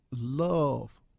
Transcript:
love